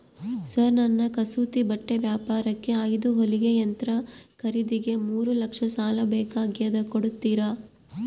Sir ನನ್ನ ಕಸೂತಿ ಬಟ್ಟೆ ವ್ಯಾಪಾರಕ್ಕೆ ಐದು ಹೊಲಿಗೆ ಯಂತ್ರ ಖರೇದಿಗೆ ಮೂರು ಲಕ್ಷ ಸಾಲ ಬೇಕಾಗ್ಯದ ಕೊಡುತ್ತೇರಾ?